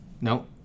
No